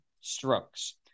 strokes